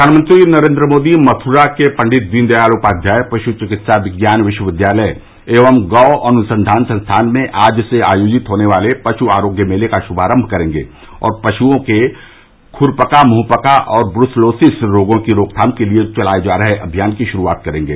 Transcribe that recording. प्रधानमंत्री नरेन्द्र मोदी मथुरा के पण्डित दीन दयाल उपाध्याय पशु चिकित्सा विज्ञान विश्वविद्यालय एवं गौ अनुसंधान संस्थान में आज से आयोजित होने वाले पश् आरोग्य मेले का शुभारम्म करेंगे और पशुओं के खुरपका मुंहपका और ब्रसलोसिस रोगों की रोकथाम के लिये चलाये जा रहे अभियान की गुरुआत करेंगे